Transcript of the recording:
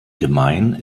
gemein